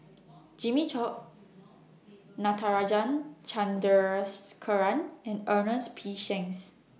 Jimmy Chok Natarajan Chandrasekaran and Ernest P Shanks